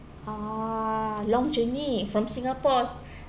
ah long journey from singapore